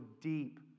deep